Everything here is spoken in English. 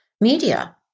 media